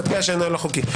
מטבע שאינה הילך חוקי.